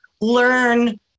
learn